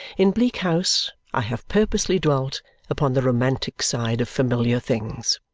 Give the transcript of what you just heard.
in bleak house i have purposely dwelt upon the romantic side of familiar things.